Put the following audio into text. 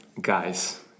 guys